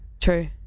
True